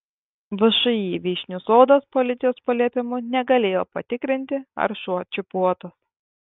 všį vyšnių sodas policijos paliepimu negalėjo patikrinti ar šuo čipuotas